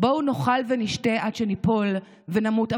בואו נאכל ונשתה עד שניפול ונמות,